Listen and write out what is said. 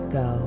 go